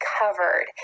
covered